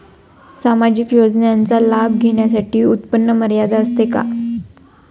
सामाजिक योजनांचा लाभ घेण्यासाठी उत्पन्न मर्यादा असते का?